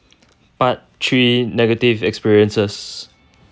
part three negative experiences